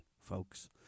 folks